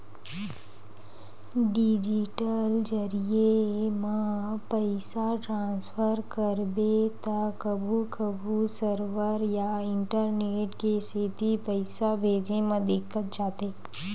digital जरिए म पइसा ट्रांसफर करबे त कभू कभू सरवर या इंटरनेट के सेती पइसा भेजे म दिक्कत जाथे